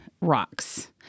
rocks